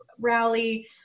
rally